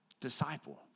disciple